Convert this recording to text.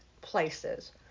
places